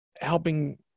helping